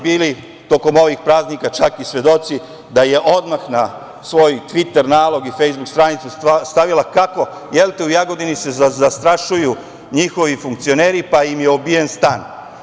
Bili ste tokom ovih praznika čak i svedoci da je odmah na svoj tviter nalog i fejsbuk stranicu stavila kako se u Jagodini zastrašuju njihovi funkcioneri, pa im je obijen stan.